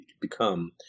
become